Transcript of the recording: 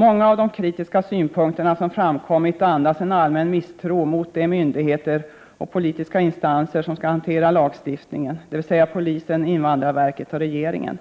Många av de kritiska synpunkterna som framkommit andas en allmän misstro mot de myndigheter och politiska instanser som skall tillämpa lagstiftningen, dvs. polisen, invandrarverket och regeringen.